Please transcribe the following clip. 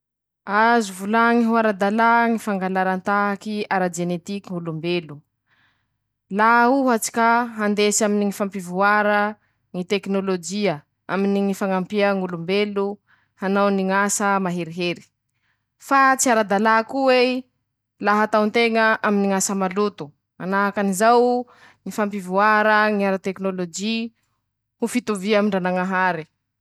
Azo volañy ho ara-dalà ñy fangaran-tahaky ara-jenetiky ñ'olombelo, laha ohatsa ka andesy aminy ñy fampivoara ñy tekinôlôjia aminy ñy fañampia ñ'olombelo hanao any ñ'asa maherihery; fa tsy rar-dalàkoa ei la hatao nteña aminy ñ'asa maloto manahakan'izao, ñy fampivoara ñy ara-tekinôlôjy ho fitovia amin-dranañahare.